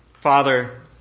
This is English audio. Father